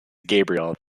gabrielle